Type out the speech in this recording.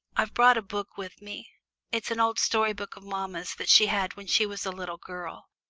i've brought a book with me it's an old story-book of mamma's that she had when she was a little girl.